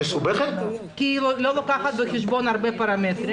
כי היא לא לוקחת בחשבון הרבה פרמטרים.